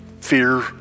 fear